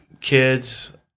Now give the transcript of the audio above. Kids